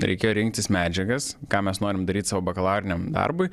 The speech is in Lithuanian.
reikėjo rinktis medžiagas ką mes norim daryt savo bakalauriniam darbui